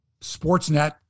Sportsnet